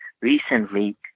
recently